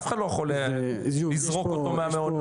אף אחד לא יכול לזרוק אותו מהמעונות.